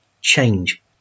change